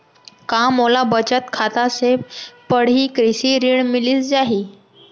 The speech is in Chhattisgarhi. का मोला बचत खाता से पड़ही कृषि ऋण मिलिस जाही?